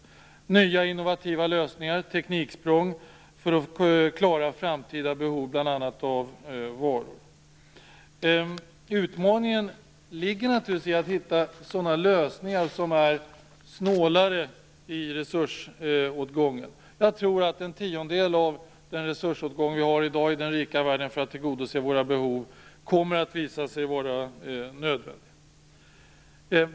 Det kan vara fråga om nya innovativa lösningar och tekniksprång för att kunna klara framtida behov av bl.a. varor. Utmaningen ligger naturligtvis i att hitta sådana lösningar som är snålare i resursåtgången. Jag tror att endast en tiondel av den resursåtgång vi har i dag i den rika världen för att tillgodose våra behov kommer att visa sig nödvändig.